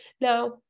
Now